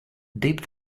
dip